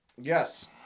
Yes